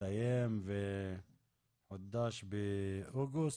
הסתיים וחודש באוגוסט.